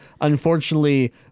unfortunately